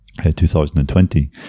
2020